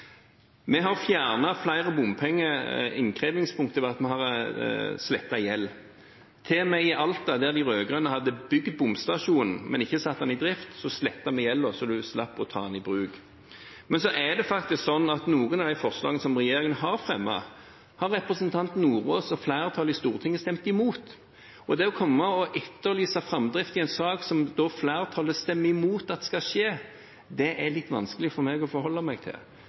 Vi har fjernet flere bompengeinnkrevingspunkter ved at vi har slettet gjeld. Til og med i Alta, der de rød-grønne hadde bygd bomstasjonen, men ikke satt den i drift, slettet vi gjelden, så man slapp å ta den i bruk. Men så er det sånn at noen av de forslagene som regjeringen har fremmet, har representanten Sjelmo Nordås og flertallet i Stortinget stemt imot, og det å komme og etterlyse framdrift i en sak som flertallet stemmer imot skal skje, er litt vanskelig for meg å forholde meg til.